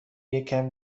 یکم